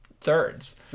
thirds